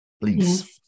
please